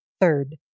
third